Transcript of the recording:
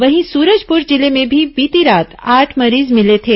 वहीं सूरजपुर जिले में भी बीती रात आठ मरीज मिले थे